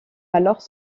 alors